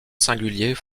singuliers